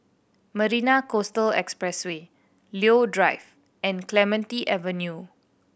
Marina Coastal Expressway Leo Drive and Clementi Avenue